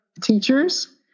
teachers